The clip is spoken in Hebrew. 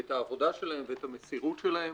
ואת העבודה שלהם ואת המסירות שלהם.